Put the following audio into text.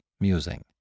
musing